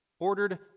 ordered